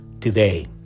today